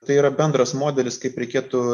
tai yra bendras modelis kaip reikėtų